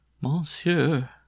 Monsieur